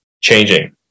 changing